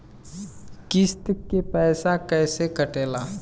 किस्त के पैसा कैसे कटेला?